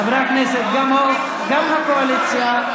חברי הכנסת, נא לשבת.